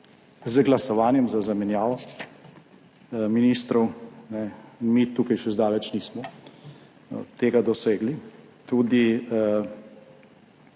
z glasovanjem za zamenjavo ministrov. Mi tukaj še zdaleč nismo tega dosegli. Tudi